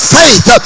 faith